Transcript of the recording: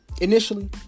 Initially